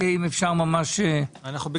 רק אם אפשר ממש בקצרה.